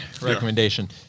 recommendation